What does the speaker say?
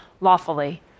lawfully